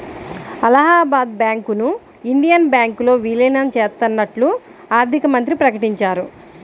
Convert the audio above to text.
అలహాబాద్ బ్యాంకును ఇండియన్ బ్యాంకులో విలీనం చేత్తన్నట్లు ఆర్థికమంత్రి ప్రకటించారు